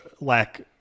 lack